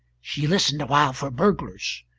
she listened awhile for burglars,